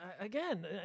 again